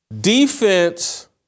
defense